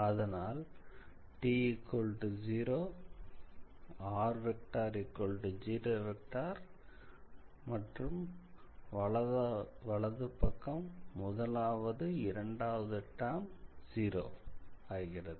அதனால் மற்றும் வலது பக்கம் முதலாவது இரண்டாவது டெர்ம் 0 ஆகிறது